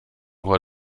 hoher